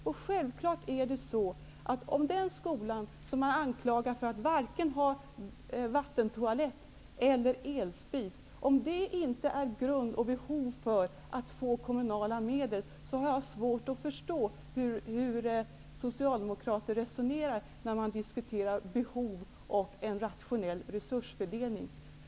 Om den skolan -- om vilken man sagt att den ju varken har vattentoalett eller elspis -- inte har behov som utgör grund för att få kommunala medel, har jag svårt att förstå hur Socialdemokrater resonerar när man diskuterar behov och rationell resursfördelning.